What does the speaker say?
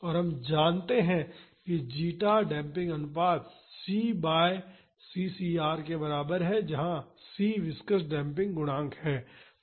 तो हम जानते हैं कि जीटा डेम्पिंग अनुपात c बाई c cr के बराबर है जहां c विस्कॉस डेम्पिंग गुणांक है